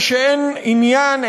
ואין עניין,